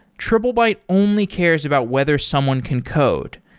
triplebyte only cares about whether someone can code.